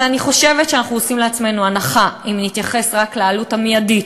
אבל אני חושבת שאנחנו נעשה לעצמנו הנחה אם נתייחס רק לעלות המיידית,